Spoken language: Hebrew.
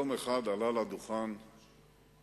השאלה היא בדיוק מה שכבר נשאל פה,